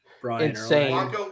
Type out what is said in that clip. Insane